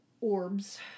orbs